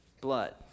blood